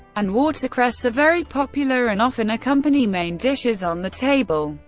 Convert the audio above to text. and watercress, are very popular and often accompany main dishes on the table.